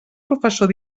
professor